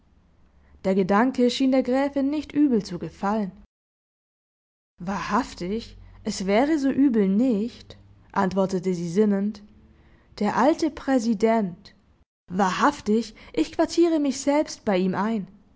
der gedanke schien der gräfin nicht übel zu gefallen wahrhaftig es wäre so übel nicht antwortete sie sinnend der alte präsident wahrhaftig ich quartiere mich selbst bei ihm ein erst